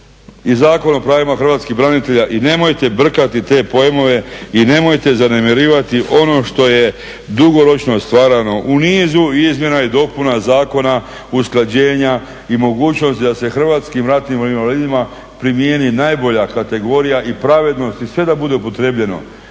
I nemojte brkati te pojmovi i nemojte zanemarivati ono što je dugoročno stvarano u nizu izmjena i dopuna zakona, usklađenja i mogućnosti da se Hrvatskim ratnim vojnim invalidima primjeni najbolja kategorija i pravednost i sve, da budu upotrjebljeno.